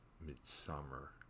Midsummer